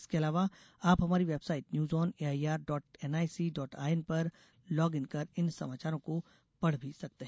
इसके अलावा आप हमारी website news on A I R dot N I C dot I N पर लॉग इन कर इन समाचारों को पढ़ भी सकते हैं